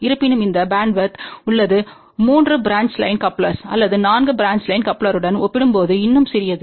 இருப்பினும் இந்த பேண்ட்வித் உள்ளது 3 பிரான்ச் லைன் கப்ளர் அல்லது 4 பிரான்ச் லைன் கப்ளருடன் ஒப்பிடும்போது இன்னும் சிறியது